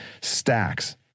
stacks